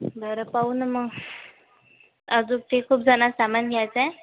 बरं पाहू ना मग अजून ते खूप जण सामान घ्यायचं आहे